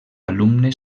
alumnes